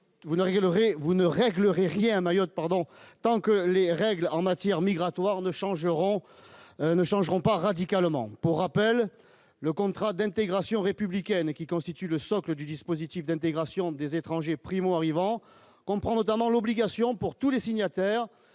ne règle rien à Mayotte, pardon, tant que les règles en matière migratoire ne changeront ne changeront pas radicalement pour rappel, le contrat d'intégration républicaine qui constitue le socle du dispositif d'intégration des étrangers primo-arrivants comprend notamment l'obligation pour tous les signataires